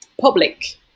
public